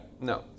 no